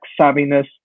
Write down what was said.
savviness